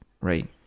Right